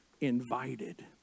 invited